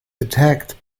attacked